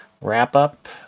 wrap-up